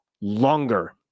longer